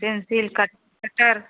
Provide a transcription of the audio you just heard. pencil cut cutter